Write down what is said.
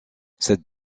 cette